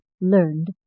learned